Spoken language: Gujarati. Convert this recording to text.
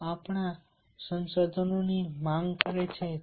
અને આ આપણા સંસાધનોની માંગ કરે છે